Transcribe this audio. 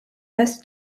less